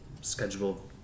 schedule